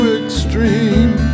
extreme